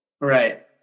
right